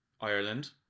ireland